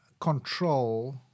control